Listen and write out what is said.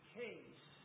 case